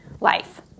life